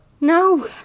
No